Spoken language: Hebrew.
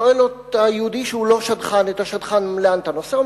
שואל היהודי שהוא לא שדכן את השדכן: לאן אתה נוסע?